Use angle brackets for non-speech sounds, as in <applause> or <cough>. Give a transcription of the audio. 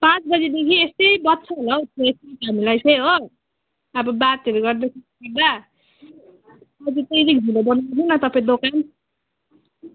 पाँच बजेदेखि यसै बज्छ होला हौ छ सात हामीलाई चाहिँ हो अब बातहरू गर्दा <unintelligible> आज चाहिँ अलिक ढिलो बन्द गर्नु न तपाईँ दोकान